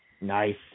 Nice